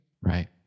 Right